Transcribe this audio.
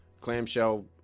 clamshell